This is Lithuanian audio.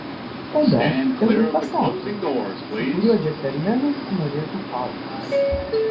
tada tegul pasako su kuriuo džentelmenu norėtų kautis